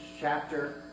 chapter